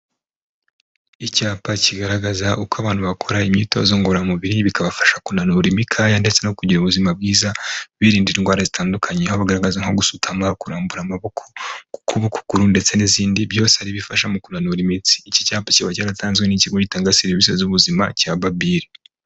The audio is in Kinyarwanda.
Icyapa kigaragaza uko abantu bakora imyitozo ngororamubiri bikabafasha kunanura imikaya, ndetse no kugira ubuzima bwiza birinda indwara zitandukanye aho bagaragaza nko gusutama, kurambura amaboko, gukuba ukuguru ndetse n'izindi byose ari bifasha mu kunura iminsi, iki cyapa kiba cyaratanzwe n'ikigo gitanga serivisi z'ubuzima cya babile.